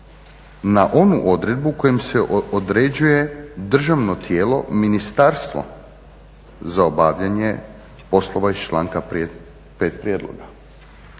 na onu odredbu kojom se određuje državno tijelo, ministarstvo za obavljanje poslova iz članka 5. prijedloga.